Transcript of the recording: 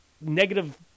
negative